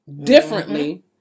differently